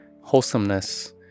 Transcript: wholesomeness